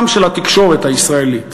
גם של התקשורת הישראלית.